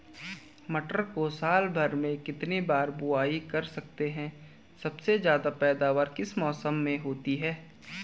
मटर को साल भर में कितनी बार बुआई कर सकते हैं सबसे ज़्यादा पैदावार किस मौसम में होती है?